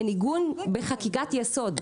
אין עיגון בחקיקת יסוד.